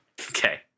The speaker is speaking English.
Okay